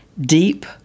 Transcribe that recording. deep